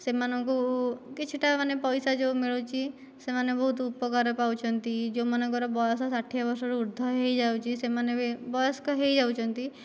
ସେମାନଙ୍କୁ କିଛିଟା ମାନେ ପଇସା ଯେଉଁ ମିଳୁଛି ସେମାନେ ବହୁତ ଉପକାର ପାଉଛନ୍ତି ଯେଉଁମାନଙ୍କର ବୟସ ଷାଠିଏ ବର୍ଷରୁ ଉର୍ଦ୍ଧ ହୋଇଯାଉଛି ସେମାନେ ବି ବୟସ୍କ ବି ହୋଇଯାଉଛନ୍ତି